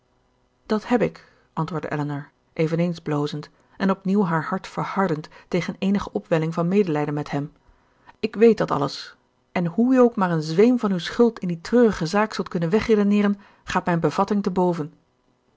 dat heb ik antwoordde elinor eveneens blozend en opnieuw haar hart verhardend tegen eenige opwelling van medelijden met hem ik weet dat alles en hoe u ook maar een zweem van uw schuld in die treurige zaak zult kunnen wegredeneeren gaat mijn bevatting te boven